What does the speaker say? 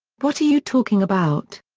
what are you talking about?